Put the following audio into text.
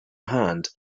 hand